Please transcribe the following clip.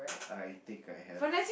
I think I have